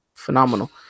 phenomenal